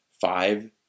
five